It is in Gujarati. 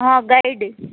હા ગાઈડ